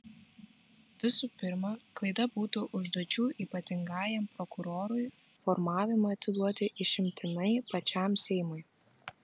visų pirma klaida būtų užduočių ypatingajam prokurorui formavimą atiduoti išimtinai pačiam seimui